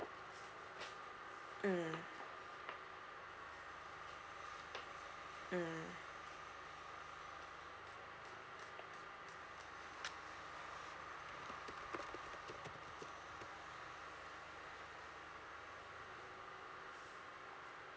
mm mm